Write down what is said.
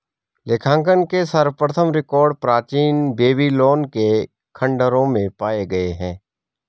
लेखांकन के सर्वप्रथम रिकॉर्ड प्राचीन बेबीलोन के खंडहरों में पाए गए हैं